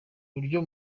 buryo